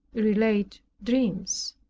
relate dreams.